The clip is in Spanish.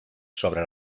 sobre